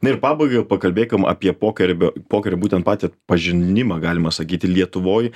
na ir pabaigai jau pakalbėkim apie pokerį be pokerio būtent patį pažinimą galima sakyti lietuvoj